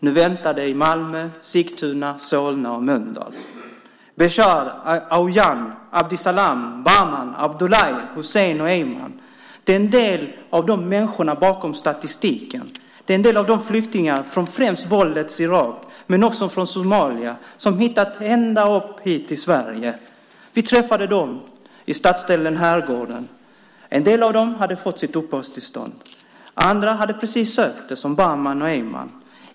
Nu väntar de i Malmö, Sigtuna, Solna och Mölndal. Bechar, Aujan, Abdisalam, Bahman, Abdullahi, Hussein och Eiman är en del av människorna bakom statistiken. De är en del av de flyktingar från främst våldets Irak men också från Somalia som hittat ända upp hit till Sverige. Vi träffade dem i stadsdelen Herrgården. En del av dem hade fått sitt uppehållstillstånd. Andra hade precis sökt det, som Bahman och Eiman.